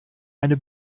eine